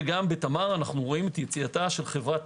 גם בתמר אנו רואים את יציאתה של חברת